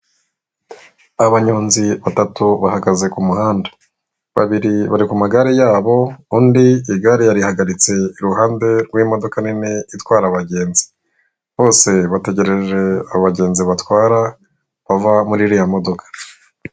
Abanyonzi batatu bahagaze ku muhanda, babiri bari ku magare yabo undi igare yarihagaritse iruhande rw'imodoka nini itwara abagenzi. Bose bategereje abagenzi batwara bava mur'iriya modoka.